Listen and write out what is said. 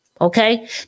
Okay